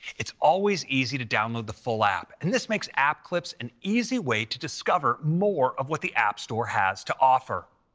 it's always easy to download the full app, and this makes app clips an easy way to discover more of what the app store has to offer.